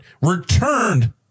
returned